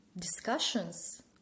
discussions